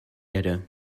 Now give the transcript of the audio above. erde